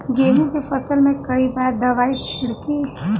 गेहूँ के फसल मे कई बार दवाई छिड़की?